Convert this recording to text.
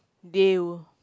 they'll